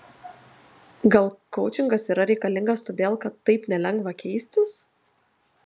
gal koučingas yra reikalingas todėl kad taip nelengva keistis